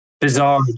bizarre